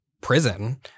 prison